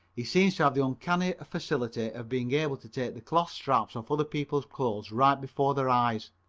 he seems to have the uncanny faculty of being able to take the cloth straps off other people's clothes right before their eyes.